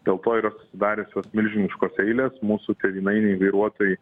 dėl to yra susidariusios milžiniškos eilės mūsų tėvynainiai vairuotojai